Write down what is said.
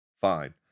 Fine